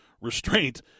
restraint